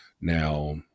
Now